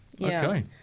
okay